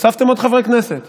הוספתם עוד חברי כנסת